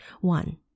One